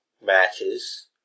matches